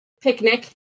picnic